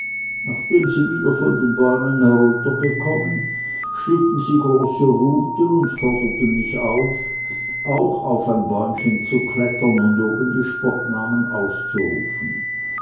nachdem sie wieder von den bäumen heruntergekommen schnitten sie große ruten und forderten mich auf auch auf ein bäumchen zu klettern und oben die spottnamen auszurufen